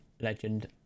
legend